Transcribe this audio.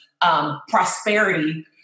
prosperity